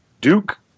Duke